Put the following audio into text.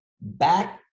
back